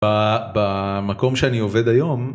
במקום שאני עובד היום.